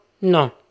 no